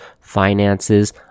finances